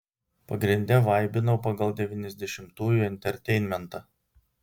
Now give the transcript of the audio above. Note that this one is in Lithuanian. pagrinde vaibinau pagal devyniasdešimtųjų enterteinmentą